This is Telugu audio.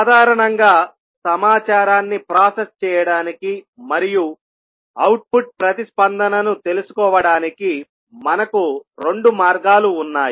సాధారణంగా సమాచారాన్ని ప్రాసెస్ చేయడానికి మరియు అవుట్పుట్ ప్రతిస్పందనను తెలుసుకోవడానికి మనకు రెండు మార్గాలు ఉన్నాయి